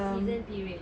season period